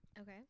Okay